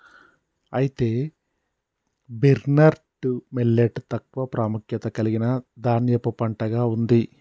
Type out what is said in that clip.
అయితే barnyard millet తక్కువ ప్రాముఖ్యత కలిగిన ధాన్యపు పంటగా ఉంది